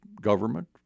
government